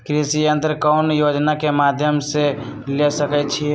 कृषि यंत्र कौन योजना के माध्यम से ले सकैछिए?